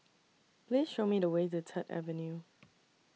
Please Show Me The Way to Third Avenue